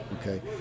okay